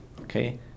Okay